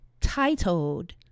titled